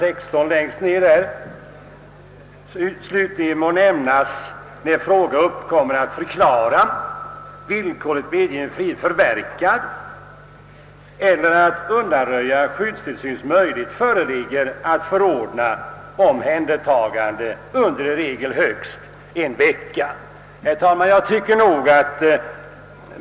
16 i sitt utlåtande: »Slutligen må nämnas att bl.a. när fråga uppkommer att förklara villkorligt medgiven frihet förverkad eller att undanröja skyddstillsyn möjlighet föreligger att förordna om omhändertagande under i regel högst en vecka.» Herr talman!